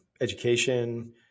education